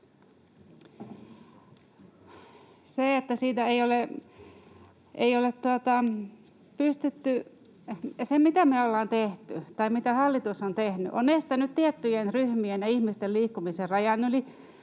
Se, mitä me ollaan tehty, tai mitä hallitus on tehnyt, on, että se on estänyt tiettyjen ryhmien ja ihmisten liikkumisen rajan yli